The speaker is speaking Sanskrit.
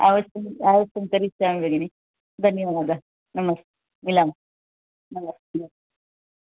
अवश्यम् अवश्यं करिष्यामि भगिनि धन्यवादः नमस्ते मिलामः नमस्ते नमस्ते